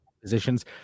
positions